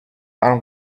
and